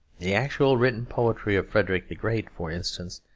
the actual written poetry of frederick the great, for instance,